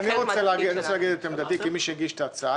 אני רוצה להגיד לשגית את עמדתי כמי שהגיש את ההצעה.